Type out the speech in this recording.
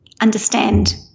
understand